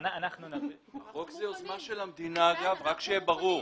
רק שיהיה ברור,